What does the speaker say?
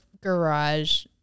garage